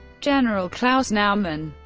general klaus naumann,